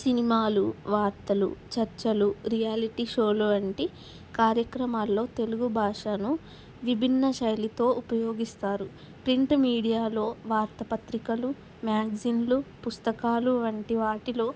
సినిమాలు వార్తలు చర్చలు రియాలిటీ షోలు వంటి కార్యక్రమాల్లో తెలుగు భాషను విభిన్న శైలితో ఉపయోగిస్తారు ప్రింట్ మీడియాలో వార్తపత్రికలు మ్యాగ్జిన్లు పుస్తకాలు వంటి వాటిలో